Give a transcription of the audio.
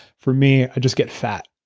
for me, i just get fat.